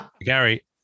Gary